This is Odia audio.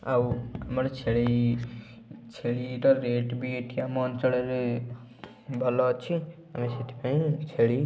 ଆଉ ଆମର ଛେଳି ଛେଳିର ରେଟ୍ ବି ଏଇଠି ଆମ ଅଞ୍ଚଳରେ ଭଲ ଅଛି ସେଥିପାଇଁ ଛେଳି